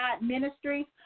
Ministry